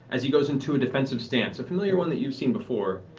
as he goes into a defensive stance, a familiar one that you've seen before.